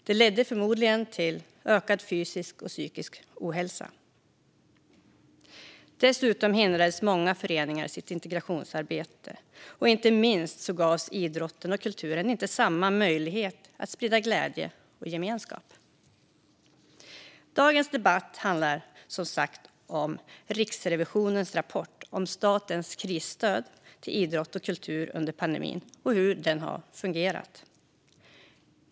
Det ledde förmodligen till ökad fysisk och psykisk ohälsa. Dessutom hindrades många föreningar i sitt integrationsarbete. Och inte minst gavs idrotten och kulturen inte samma möjlighet att sprida glädje och gemenskap. Dagens debatt handlar som sagt om Riksrevisionens rapport om statens krisstöd till idrott och kultur under pandemin och hur det har fungerat.